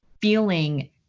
feeling